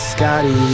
Scotty